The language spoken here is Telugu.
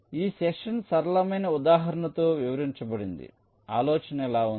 కాబట్టి ఈ సెషన్ సరళమైన ఉదాహరణతో వివరించబడింది ఆలోచన ఇలా ఉంది